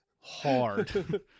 Hard